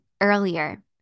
earlier